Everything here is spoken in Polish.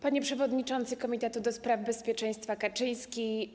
Panie Przewodniczący Komitetu do Spraw Bezpieczeństwa Kaczyński!